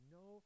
no